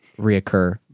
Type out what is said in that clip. reoccur